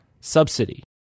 subsidy